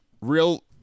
real